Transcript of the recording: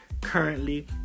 Currently